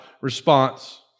response